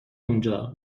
اونجا